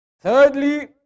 Thirdly